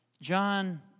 John